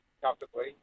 comfortably